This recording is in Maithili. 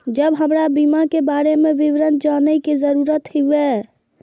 जब हमरा बीमा के बारे में विवरण जाने के जरूरत हुए?